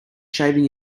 shaving